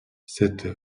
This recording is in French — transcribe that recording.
cette